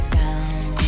down